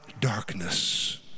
Darkness